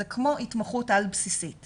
זה כמו התמחות על בסיסית